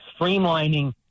streamlining